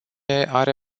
are